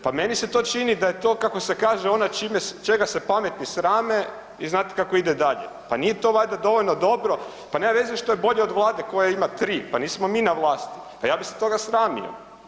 Pa meni se to čini da je to kako se kaže ono čega se pametni srame i znate kako ide dalje, pa nije to valjda dovoljno dobro, pa nema veze što je bolje od Vlade koja ima 3, pa nismo mi na vlasti, pa ja bi se toga sramio.